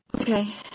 okay